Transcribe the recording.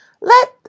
Let